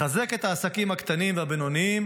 מחזק את העסקים הקטנים והבינוניים